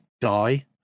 die